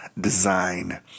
design